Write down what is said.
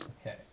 Okay